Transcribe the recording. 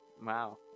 Wow